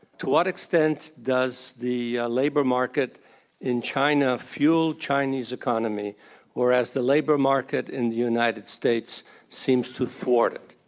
to what extent does the labor market in china fuel chinese economy whereas the labor market in the united states seems too thwart it?